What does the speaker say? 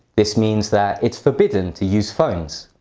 this means that it's forbidden to use phones.